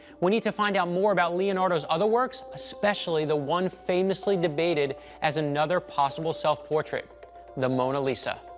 we need to find out more about leonardo's other works, especially the one famously debated as another possible self-portrait the mona lisa.